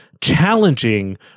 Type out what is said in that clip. challenging